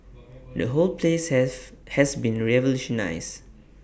the whole place have has been revolutionised